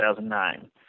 2009